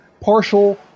partial